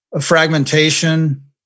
Fragmentation